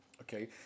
okay